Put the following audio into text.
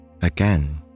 Again